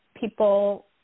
people